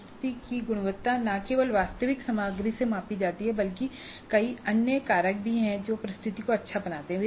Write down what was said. प्रस्तुति की गुणवत्ता न केवल वास्तविक सामग्री से मापी जाती है बल्कि कई अन्य कारक भी हैं जो प्रस्तुति को अच्छा बनाते हैं